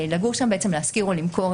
להשכיר או למכור